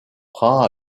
prend